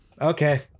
okay